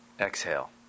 exhale